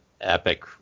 epic